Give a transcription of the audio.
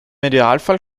idealfall